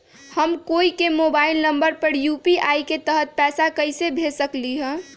हम कोई के मोबाइल नंबर पर यू.पी.आई के तहत पईसा कईसे भेज सकली ह?